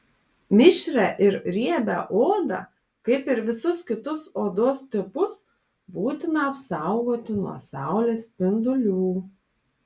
mišrią ir riebią odą kaip ir visus kitus odos tipus būtina apsaugoti nuo saulės spindulių